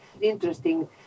interesting